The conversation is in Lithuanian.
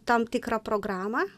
tam tikra programa